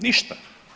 Ništa.